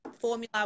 formula